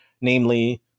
namely